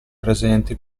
presenti